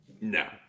No